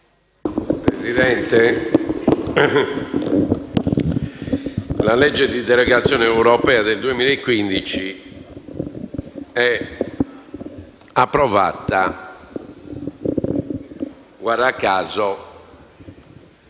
Presidente, la legge di delegazione europea del 2015 è approvata - guarda caso